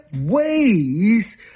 ways